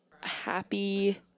happy